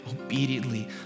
obediently